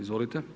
Izvolite.